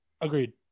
Agreed